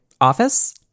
office